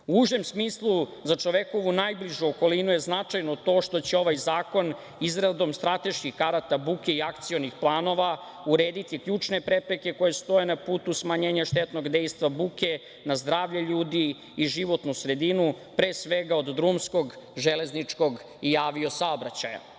užem smislu, za čovekovu najbližu okolinu je značajno to što će ovaj zakon izradom strateških karata buke i akcionih planova urediti ključne prepreke koje stoje na putu smanjenja štetnog dejstva buke, na zdravlje ljudi i životnu sredinu, pre svega od drumskog, železničkog i avio saobraćaja. Jedan